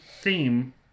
theme